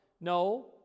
no